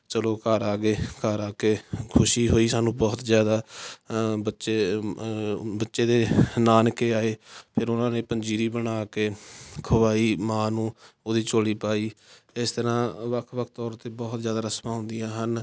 ਚਲੋ ਘਰ ਆ ਗਏ ਘਰ ਆ ਕੇ ਖੁਸ਼ੀ ਹੋਈ ਸਾਨੂੰ ਬਹੁਤ ਜ਼ਿਆਦਾ ਬੱਚੇ ਬੱਚੇ ਦੇ ਨਾਨਕੇ ਆਏ ਫਿਰ ਉਹਨਾਂ ਨੇ ਪੰਜੀਰੀ ਬਣਾ ਕੇ ਖਵਾਈ ਮਾਂ ਨੂੰ ਉਹਦੀ ਝੋਲੀ ਪਾਈ ਇਸ ਤਰ੍ਹਾਂ ਵੱਖ ਵੱਖ ਤੌਰ 'ਤੇ ਬਹੁਤ ਜ਼ਿਆਦਾ ਰਸਮਾਂ ਹੁੰਦੀਆਂ ਹਨ